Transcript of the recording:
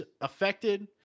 affected